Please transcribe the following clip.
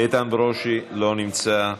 איתן ברושי, לא נמצא,